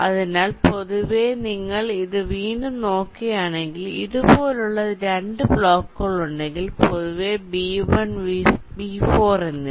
അതിനാൽ പൊതുവേ നിങ്ങൾ ഇത് വീണ്ടും നോക്കുകയാണെങ്കിൽ ഇതുപോലുള്ള രണ്ട് ബ്ലോക്കുകൾ ഉണ്ടെങ്കിൽ പൊതുവെ B1 B4 എന്നിവ